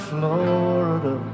Florida